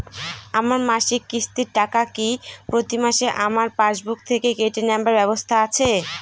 আমার মাসিক কিস্তির টাকা কি প্রতিমাসে আমার পাসবুক থেকে কেটে নেবার ব্যবস্থা আছে?